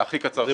הכי קצר.